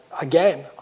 again